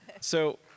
So-